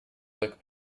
click